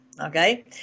Okay